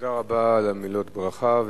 תודה רבה על מילות הברכה.